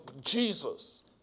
Jesus